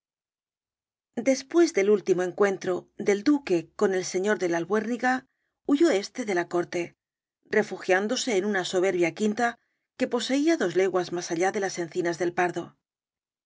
después del último encuentro del duque con el señor de la albuérniga huyó éste de la corte refugiándose en una soberbia quinta que poseía dos leguas más allá de las encinas del pardo muy